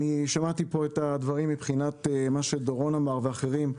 שמעתי פה את הדברים שדורון ואחרים אמרו,